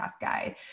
guide